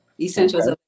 Essentials